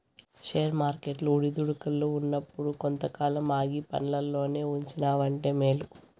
share వర్కెట్లు ఒడిదుడుకుల్ల ఉన్నప్పుడు కొంతకాలం ఆగి పండ్లల్లోనే ఉంచినావంటే మేలు